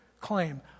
claim